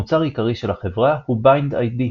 מוצר עיקרי של החברה הוא BindID,